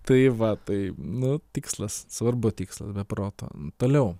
tai va tai nu tikslas svarbu tikslas be proto toliau